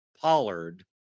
pollard